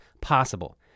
possible